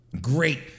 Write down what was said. Great